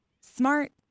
Smart